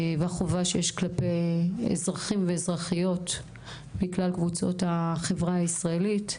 והחובה שיש כלפי אזרחים ואזרחיות מכלל קבוצות החברה הישראלית.